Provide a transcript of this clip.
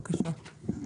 בבקשה.